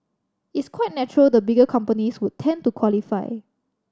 it's quite natural the bigger companies would tend to qualify